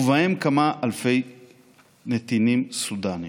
ובהם כמה אלפי נתינים סודנים.